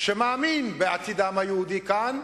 שמאמין בעתיד היהודי כאן,